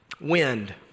wind